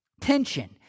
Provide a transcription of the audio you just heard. tension